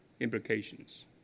implications